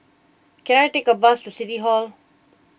can I take a bus to City Hall